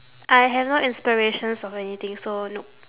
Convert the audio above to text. I have no inspirations of anything so nope